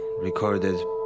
recorded